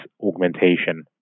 augmentation